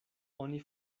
oni